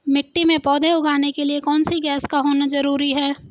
मिट्टी में पौधे उगाने के लिए कौन सी गैस का होना जरूरी है?